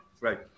Right